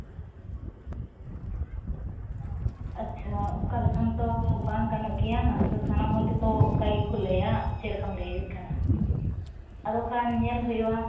ᱟᱪᱪᱷᱟ ᱚᱱᱠᱟ ᱞᱮᱠᱷᱟᱱ ᱛᱚ ᱵᱟᱝ ᱜᱟᱱᱚᱜ ᱜᱮᱭᱟ ᱥᱟᱱᱟᱢ ᱦᱚᱲ ᱜᱮᱛᱚ ᱚᱱᱠᱟ ᱜᱮᱠᱚ ᱞᱟᱹᱭᱟ ᱟᱢ ᱪᱮᱫᱞᱮᱠᱟᱢ ᱞᱟᱹᱭᱮᱫ ᱠᱟᱱᱟ ᱟᱫᱚ ᱠᱷᱟᱱ ᱧᱮᱞ ᱦᱩᱭᱩᱜᱼᱟ